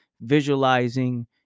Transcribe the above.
visualizing